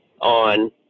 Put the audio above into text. on